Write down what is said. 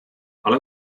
ale